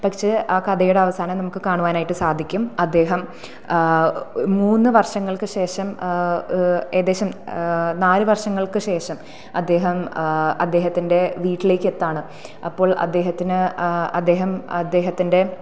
പക്ഷേ ആ കഥയുടെ അവസാനം നമുക്ക് കാണുവാനായിട്ട് സാധിക്കും അദ്ദേഹം മൂന്നു വർഷങ്ങൾക്കു ശേഷം ഏകദേശം നാലു വർഷങ്ങൾക്കു ശേഷം അദ്ദേഹം അദ്ദേഹത്തിൻ്റെ വീട്ടിലേക്ക് എത്തുകയാണ് അപ്പോൾ അദ്ദേഹത്തിന് അദ്ദേഹം അദ്ദേഹത്തിൻ്റെ